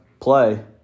play